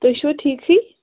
تُہۍ چھِوا ٹھیٖکٕے